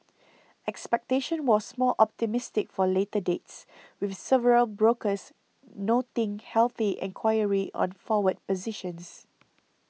expectation was more optimistic for later dates with several brokers noting healthy enquiry on forward positions